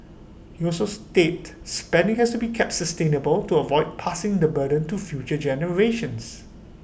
he also state spending has to be kept sustainable to avoid passing the burden to future generations